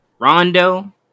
Rondo